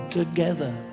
together